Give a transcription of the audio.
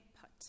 put